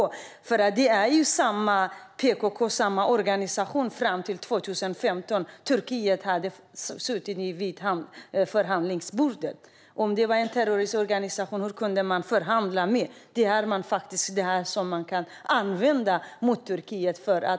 Det är ju samma organisation som Turkiet fram till 2015 satt vid förhandlingsbordet med. Om det var en terroristorganisation, hur kunde man då förhandla med den? Detta kan man använda mot Turkiet.